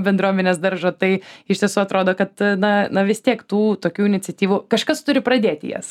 bendruomenės daržo tai iš tiesų atrodo kad na na vis tiek tų tokių iniciatyvų kažkas turi pradėti jas